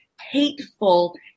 hateful